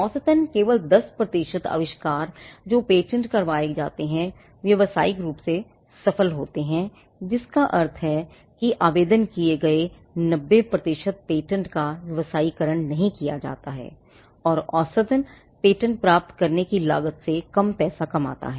औसतन केवल 10 प्रतिशत आविष्कार जो पेटेंट कराए जाते हैं व्यावसायिक रूप से सफल हो जाते हैं जिसका अर्थ है कि दायर किए गए 90 प्रतिशत पेटेंट का व्यवसायीकरण नहीं किया जाता है और औसत पेटेंट प्राप्त करने की लागत से कम पैसा कमाता है